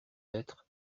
être